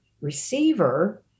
receiver